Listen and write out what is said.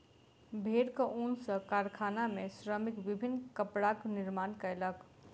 भेड़क ऊन सॅ कारखाना में श्रमिक विभिन्न कपड़ाक निर्माण कयलक